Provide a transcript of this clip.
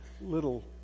little